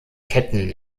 ketten